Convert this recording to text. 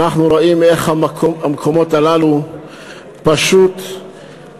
אנחנו רואים איך המקומות האלה פשוט נשרפים,